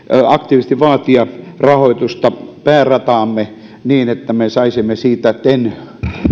aktiivisesti vaatia rahoitusta päärataamme niin että me saisimme siitä ten